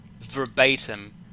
verbatim